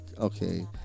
okay